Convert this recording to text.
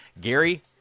Gary